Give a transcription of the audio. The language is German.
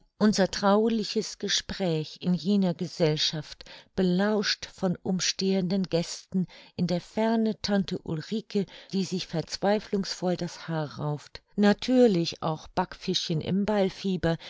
unser trauliches gespräch in jener gesellschaft belauscht von umstehenden gästen in der ferne tante ulrike die sich verzweiflungsvoll das haar rauft natürlich auch backfischchen im